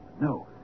No